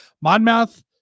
Monmouth